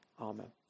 Amen